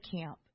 camp